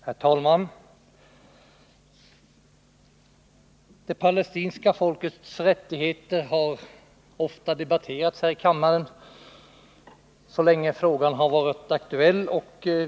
Herr talman! Det palestinska folkets rättigheter har ofta debatterats här i kammaren så länge frågan har varit aktuell.